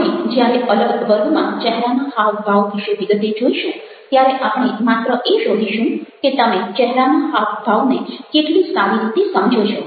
આપણે જ્યારે અલગ વર્ગમાં ચહેરાના હાવભાવ વિશે વિગતે જોઈશું ત્યારે આપણે માત્ર એ શોધીશું કે તમે ચહેરાના હાવભાવને કેટલી સારી રીતે સમજો છો